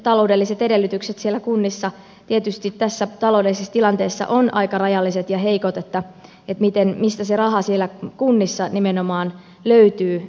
taloudelliset edellytykset kunnissa tietysti tässä taloudellisessa tilanteessa ovat aika rajalliset ja heikot joten mistä se raha nimenomaan siellä kunnissa löytyy